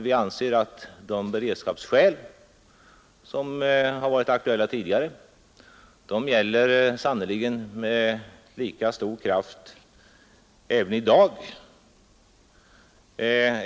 Vi anser att de beredskapsskäl som har varit aktuella tidigare sannerligen gäller med lika stor kraft också i dag.